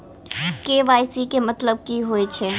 KYC केँ मतलब की होइ छै?